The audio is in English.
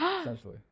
Essentially